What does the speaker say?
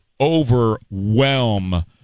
overwhelm